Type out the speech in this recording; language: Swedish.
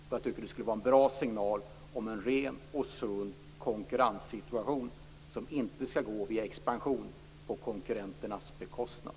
Jag tycker att det skulle vara en bra signal om en ren och sund konkurrenssituation som inte skall gå via expansion på konkurrenternas bekostnad.